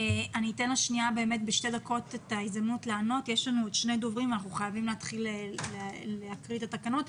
אחרי יש לנו עוד שני דוברים ואנחנו חייבים להתחיל לקרוא את התקנות.